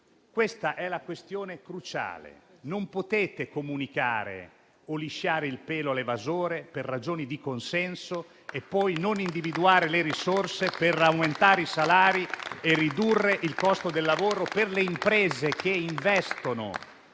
Questa è la questione cruciale. Non potete comunicare o lisciare il pelo all'evasore per ragioni di consenso e poi non individuare le risorse per aumentare i salari e ridurre il costo del lavoro per le imprese che investono